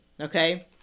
okay